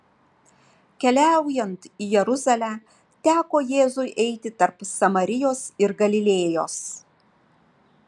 keliaujant į jeruzalę teko jėzui eiti tarp samarijos ir galilėjos